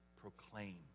proclaim